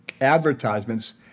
advertisements